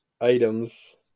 items